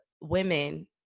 women